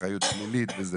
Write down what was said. אחריות שלילית וכו',